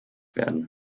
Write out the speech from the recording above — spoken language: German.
werden